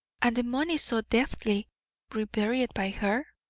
and the money so deftly reburied by her?